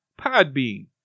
Podbean